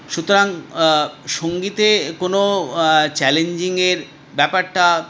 সুতরাং সঙ্গীতে কোনও চ্যালেঞ্জিংয়ের ব্যাপারটা